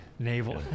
Naval